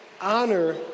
honor